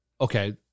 Okay